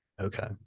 Okay